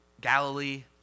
Galilee